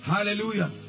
Hallelujah